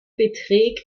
beträgt